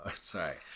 Sorry